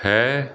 ਹੈ